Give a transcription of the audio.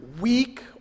weak